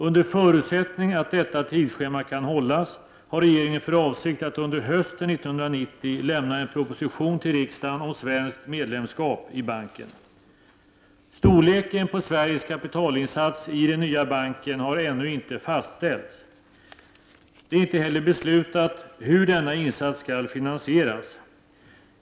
Under förutsättning att detta tidsschema kan hållas har regeringen för avsikt att under hösten 1990 lämna en proposition till riksdagen om svenskt medlemskap i banken. Storleken på Sveriges kapitalinsats i den nya banken har ännu inte fastställts. Det är inte heller beslutat hur denna insats skall finansieras.